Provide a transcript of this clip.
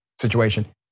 situation